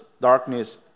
darkness